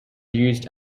used